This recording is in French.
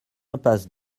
impasse